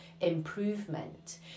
improvement